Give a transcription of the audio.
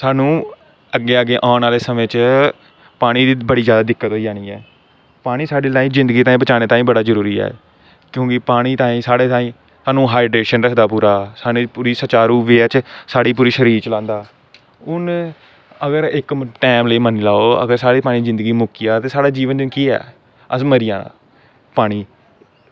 स्हानू अग्गें अग्गें औन आह्ले समें च पानी दी बड़ी जादै दिक्कत होई जानी ऐ पानी साढ़ी जिंदगी बचाने ताहीं बड़ा जरूरी ऐ क्योंकि पानी ताही साढ़े ताहीं सानूं हाईड्रेशन च रक्खना स्हानू सुचारू रक्खदा साढ़ा पूरी शरीर चलांदा हून इक्क टाईम लेई मन्नी लैओ की अगर साढ़ा जीवन मुक्की जा ते केह् ऐ असें मरी जाना पानी